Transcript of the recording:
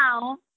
now